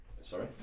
Sorry